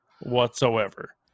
whatsoever